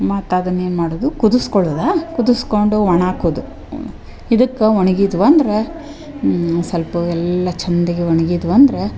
ಮತ್ತೆ ಅದನ್ನ ಏನು ಮಾಡೋದು ಕುದಿಸ್ಕೊಳೊದಾ ಕುದಿಸ್ಕೊಂಡು ಒಣ ಹಾಕೋದು ಇದಕ್ಕ ಒಣಗಿದ್ವಂದ್ರ ಸಲ್ಪ ಎಲ್ಲ ಚಂದಗಿ ಒಣ್ಗಿದ್ವಂದ್ರ